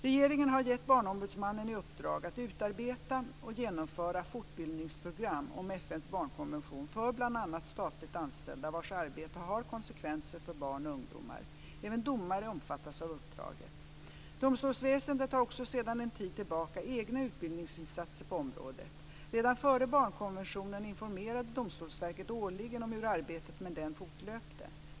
Regeringen har gett BO i uppdrag att utarbeta och genomföra fortbildningsprogram om FN:s barnkonvention för bl.a. statligt anställda vars arbete har konsekvenser för barn och ungdomar. Även domare omfattas av uppdraget. Domstolsväsendet har också sedan en tid tillbaka egna utbildningsinsatser på området. Redan före barnkonventionen informerade Domstolsverket årligen om hur arbetet med denna fortlöpte.